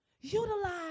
Utilize